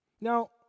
Now